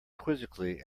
quizzically